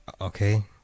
Okay